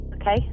Okay